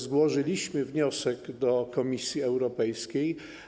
Złożyliśmy wniosek do Komisji Europejskiej.